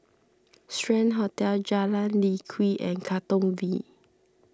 Strand Hotel Jalan Lye Kwee and Katong V